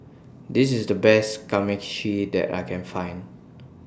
This IS The Best Kamameshi that I Can Find